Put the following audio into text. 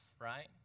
right